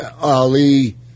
Ali